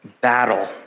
battle